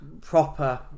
proper